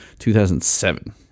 2007